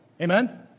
Amen